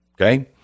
Okay